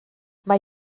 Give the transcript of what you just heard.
mae